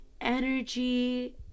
Energy